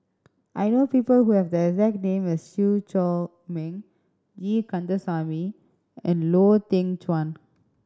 I know people who have the exact name as Chew Chor Meng E Kandasamy and Lau Teng Chuan